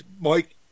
Mike